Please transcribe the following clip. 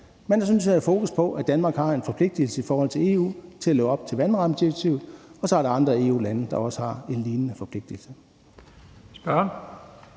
at have fokus på, at Danmark har en forpligtelse over for EU til at leve op til vandrammedirektivet, og så er der andre EU-lande, der har en lignende forpligtelse.